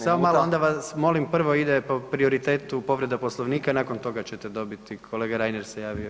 Samo malo onda vas molim prvo ide po prioritetu povreda Poslovnika, nakon toga ćete dobiti, kolega Reiner se javio.